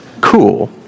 cool